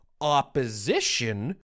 opposition